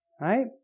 right